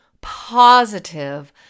positive